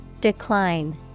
Decline